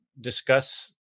discuss